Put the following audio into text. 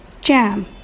jam